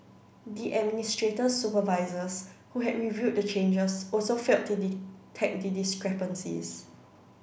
the administrator's supervisors who had reviewed the changes also failed the discrepancies